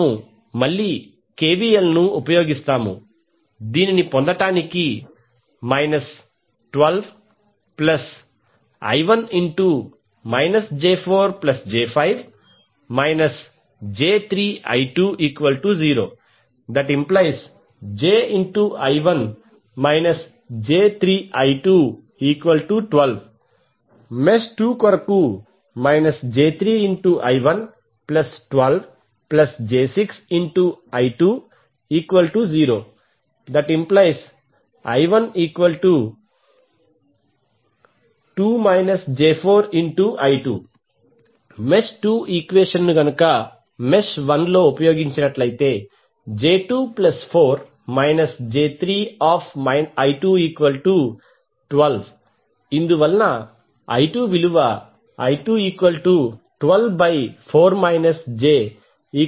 మనము మళ్ళీ KVL ని ఉపయోగిస్తాము దీనిని పొందడానికి 12 j4j5I1 j3I20⇒jI1 j3I212 మెష్ 2 కొరకు j3I112j6I20⇒I1I2 మెష్ 2 ఈక్వెషన్ ను మెష్ 1 లో ఉపయోగిస్తే j24 j3I212 ఇందు వలన I2124 j2